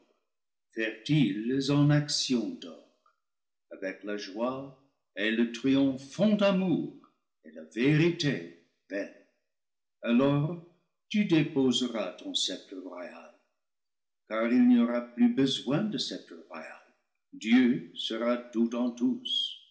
fertiles en actions d'or avec la joie et le triomphant amour et la vérité belle alors tu déposeras ton sceptre royal car il n'y aura plus besoin de sceptre royal dieu sera tout en tous